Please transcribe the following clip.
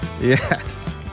Yes